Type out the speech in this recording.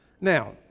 Now